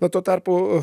na tuo tarpu